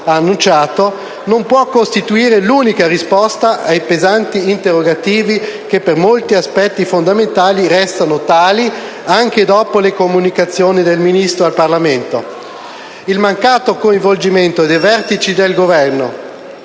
non può costituire l'unica risposta ai pesanti interrogativi che per molti aspetti fondamentali restano tali anche dopo le comunicazioni del Ministro dell'interno al Parlamento. Il mancato coinvolgimento dei vertici del Governo,